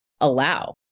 allow